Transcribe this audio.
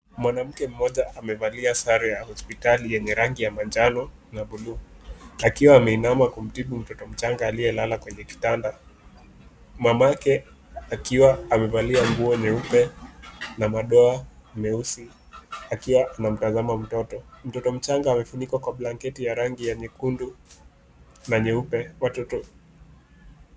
Mwanamke mmoja amevalia sare ya hospitali yenye rangi ya manjano na blue , akiwa ameinama kumtibu mtoto mdogo aliyelala kwenye kitanda. Mamake akiwa amevalia nguo nyeupe na madoa meusi akiwa anamtazama mtoto. Mtoto mchanga amefunikwa kwa blanketi ya rangi ya nyekundu na nyeupe, watoto.